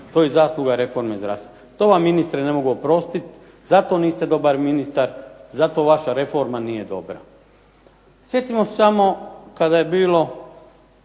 to je zasluga reforme zdravstva. To vam ministre ne mogu oprostiti, zato niste dobar ministar, zato vaša reforma nije dobra. Sjetimo se samo kada je bilo